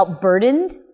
burdened